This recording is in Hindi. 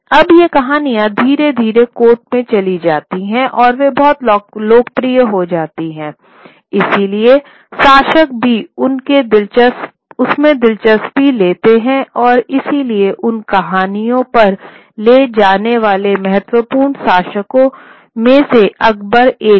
अब ये कहानियाँ धीरे धीरे कोर्ट में चली जाती हैं और वे बहुत लोकप्रिय हो जाती हैं इसलिए शासक भी उनमें दिलचस्पी लेते है और इसलिए इन कहानियों जो पर ले जाने वाले महत्वपूर्ण शासकों में से अकबर एक था